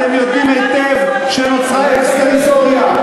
אתם יודעים היטב שנוצרה אקסטריטוריה,